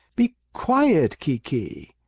be quiet, kiki!